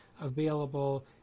available